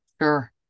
sure